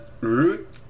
root